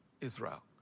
Israel